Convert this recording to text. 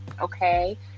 Okay